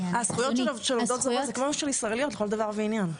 הזכויות של העובדות הזרות הן כמו של העובדות הישראליות לכל דבר ועניין,